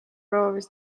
proovis